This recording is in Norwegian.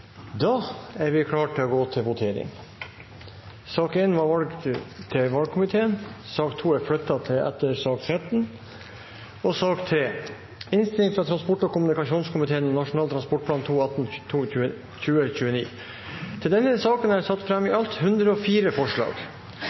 Da er vi klare til å gå til votering. Sak nr. 1 var valg av nytt varamedlem til valgkomiteen. Saken er ferdigbehandlet. Voteringen i sak nr. 2 vil bli foretatt etter voteringen i sak nr. 13. Under debatten er det satt fram i alt 104 forslag.